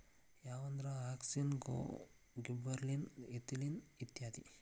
ಯಾವಂದ್ರ auxin, gibberellin, ethylene ಇತ್ಯಾದಿ